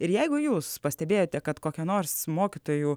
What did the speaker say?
ir jeigu jūs pastebėjote kad kokia nors mokytojų